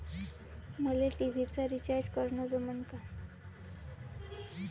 मले टी.व्ही चा रिचार्ज करन जमन का?